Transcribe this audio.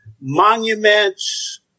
monuments